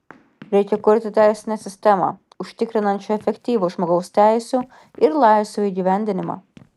reikia kurti teisinę sistemą užtikrinančią efektyvų žmogaus teisių ir laisvių įgyvendinimą